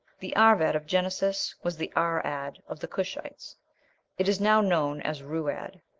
the arv-ad of genesis was the ar-ad of the cushites it is now known as ru-ad.